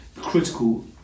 critical